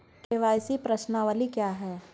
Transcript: KYC प्रश्नावली क्या है?